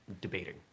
debating